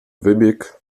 wybieg